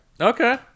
Okay